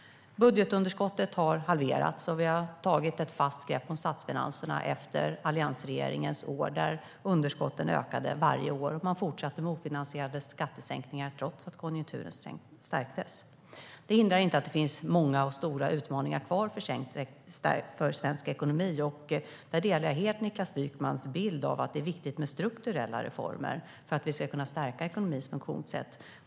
Budgetunderskottet har halverats, och vi har tagit ett fast grepp om statsfinanserna efter alliansregeringens år, då underskotten ökade varje år. Man fortsatte med ofinansierade skattesänkningar trots att konjunkturen stärktes. Detta hindrar inte att det finns många och stora utmaningar kvar för svensk ekonomi. Jag delar helt Niklas Wykmans bild av att det är viktigt med strukturella reformer för att vi ska kunna stärka ekonomins funktionssätt.